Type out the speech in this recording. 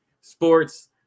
sports